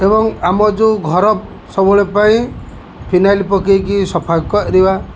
ଏବଂ ଆମ ଯେଉଁ ଘର ସବୁବେଳେ ପାଇଁ ଫିନାଇଲ୍ ପକାଇକି ସଫା କରିବା